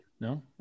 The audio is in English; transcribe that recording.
No